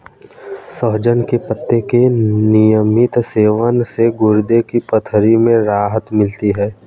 सहजन के पत्ते के नियमित सेवन से गुर्दे की पथरी में राहत मिलती है